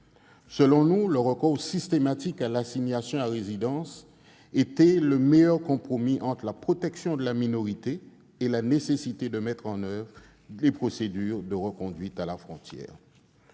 Selon nous, le recours systématique à l'assignation à résidence était le meilleur compromis entre la protection de la minorité et la nécessité de mettre en oeuvre les procédures de reconduite à la frontière.